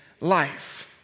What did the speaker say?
life